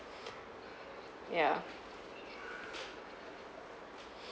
yeah